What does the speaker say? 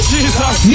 Jesus